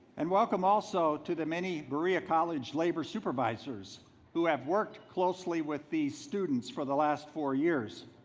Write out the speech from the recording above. and welcome also to the many berea college labor supervisors who have worked closely with these students for the last four years.